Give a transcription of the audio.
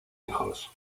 hijos